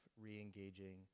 re-engaging